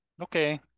Okay